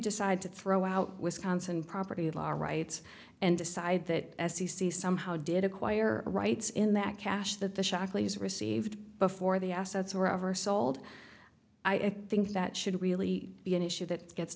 decide to throw out wisconsin property law rights and decide that c c somehow did acquire rights in that cash that the shockley's received before the assets were ever sold i think that should really be an issue that gets